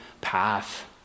path